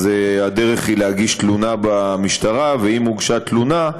אז הדרך היא להגיש תלונה במשטרה, ואם הוגשה תלונה,